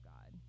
God